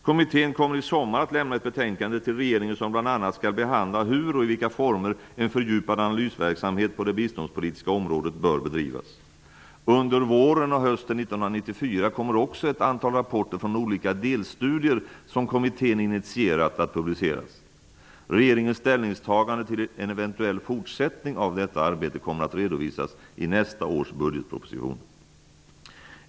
Kommittén kommer i sommar att lämna ett betänkande till regeringen, vilket bl.a. skall behandla hur och i vilka former en fördjupad analysverksamhet på det biståndspolitiska området bör bedrivas. Under våren och hösten 1994 kommer också ett antal rapporter från olika delstudier som kommittén initierat att publiceras. Regeringens ställningstagande till en eventuell fortsättning av detta arbete kommer att redovisas i nästa års budgetproposition.